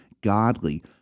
godly